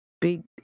big